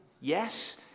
yes